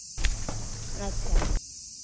ᱟᱪᱷᱟ